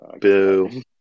Boo